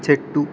చెట్టు